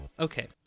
Okay